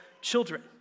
children